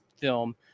film